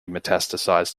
metastasized